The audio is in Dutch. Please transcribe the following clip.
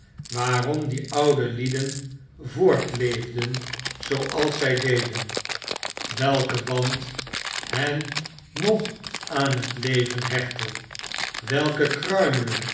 waarom die oude lieden voortleefden zooals zy deden welke band hen nog aan het leven nechtte welke kruimelen